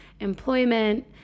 employment